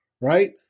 right